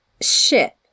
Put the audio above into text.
ship